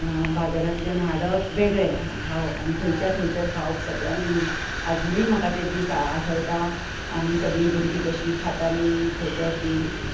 बाजारांतल्यान हाडप वेगळें आनी खावप थंयच्या थंयसर खावप सगळ्यांनी आजूनी म्हाका ते दीस आठवता आमी सगळी भुरगीं कशी खाताली थंयसर ती